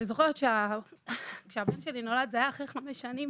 אני זוכרת שכשהבן שלי נולד זה היה אחרי חמש שנים